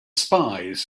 spies